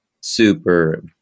super